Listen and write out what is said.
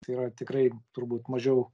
tai yra tikrai turbūt mažiau